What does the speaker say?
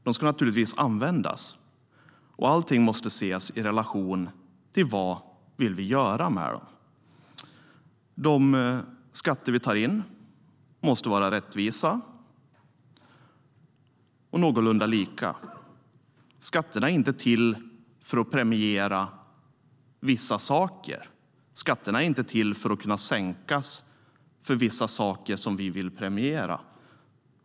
De ska naturligtvis användas. Allting måste sättas i relation till vad vi vill göra med skattepengarna. De skatter vi tar in måste vara rättvisa och någorlunda lika. Skatterna är inte till för att premiera vissa saker. Skatterna ska inte kunna sänkas för vissa saker som vi vill premiera.